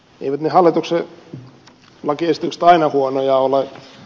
eivät ne hallituksen lakiesitykset aina huonoja ole